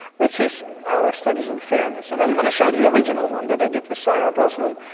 which is our studies on fairness, and i'm going to show the original one that i did with sarah brosnan.